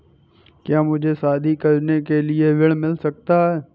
क्या मुझे शादी करने के लिए ऋण मिल सकता है?